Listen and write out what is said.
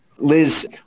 Liz